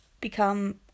become